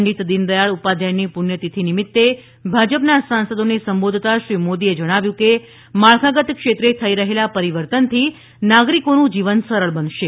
પંડિત દીનદયાળ ઉપાધ્યાયની પુણ્યતિથિ નિમિત્તે ભાજપના સાંસદોને સંબોધતા શ્રી મોદીએ જણાવ્યું હતું કે માળખાગત ક્ષેત્રે થઈ રહેલા પરિવર્તનથી નાગરિકોનું જીવન સરળ બનશે